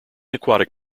aquatic